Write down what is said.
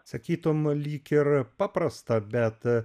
sakytume lyg ir paprasta bet